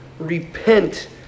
repent